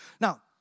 Now